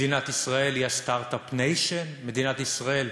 מדינת ישראל היא ה-Start-up Nation, מדינת ישראל,